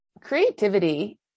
creativity